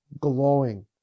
glowing